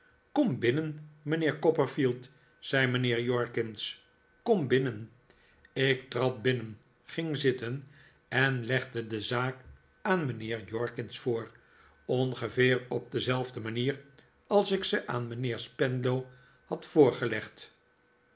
kom binnen mijnheer copperfield zei mijnheer jorkins kom binnen ik trad binnen ging zitten en legde de zaak aan mijnheer jorkins voor ongeveer op dezelfde manier als ik ze aan mijnheer spenlow had voorgelegd